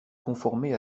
conformer